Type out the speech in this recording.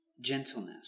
gentleness